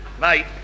Mate